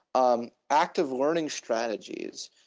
um active learning strategies,